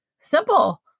simple